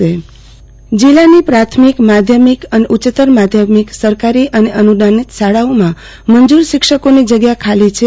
આરતી ભદ્દ પ્રવાસી શિક્ષકો જિલ્લાની પ્રાથમિક માધ્યમિક અને ઉચ્ચતર માધ્યમિક સરકારી અને અનુદાનિત શાળાઓમાં મંજુર શિક્ષકોની જગ્યા ખાલી છે